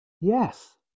Yes